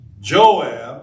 Joab